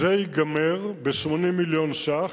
זה ייגמר ב-80 מיליון שקל,